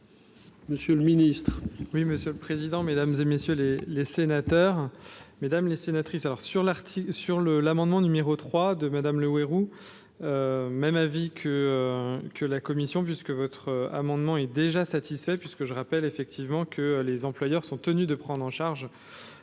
monsieur le ministre,